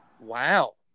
wow